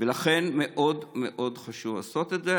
ולכן חשוב לעשות את זה.